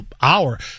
hour